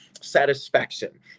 satisfaction